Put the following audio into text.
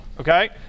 okay